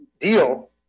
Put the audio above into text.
deal